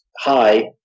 hi